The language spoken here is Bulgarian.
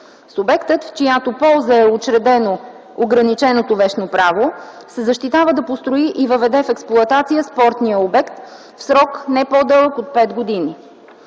Субектът, в чиято полза е учредено ограниченото вещно право, се задължава да построи и въведе в експлоатация спортния обект в срок не по-дълъг от 5 години.